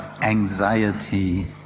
anxiety